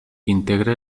integra